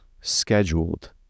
scheduled